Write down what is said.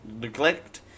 neglect